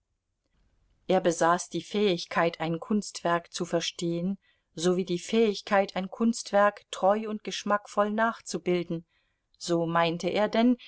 er besaß die fähigkeit ein kunstwerk zu verstehen sowie die fähigkeit ein kunstwerk treu und geschmackvoll nachzubilden so meinte er denn